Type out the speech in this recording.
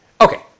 okay